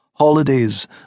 holidays